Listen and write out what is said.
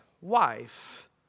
wife